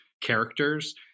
characters